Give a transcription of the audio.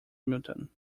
milton